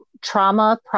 trauma